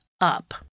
up